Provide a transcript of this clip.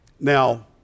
Now